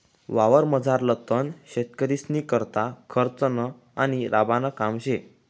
वावरमझारलं तण शेतकरीस्नीकरता खर्चनं आणि राबानं काम शे